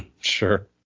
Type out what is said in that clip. Sure